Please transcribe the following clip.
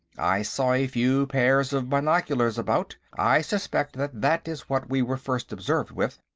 i saw a few pairs of binoculars about i suspect that that is what we were first observed with.